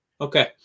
Okay